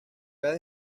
cada